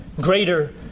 greater